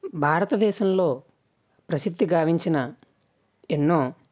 భారతదేశంలో ప్రసిద్ధి గావించిన ఎన్నో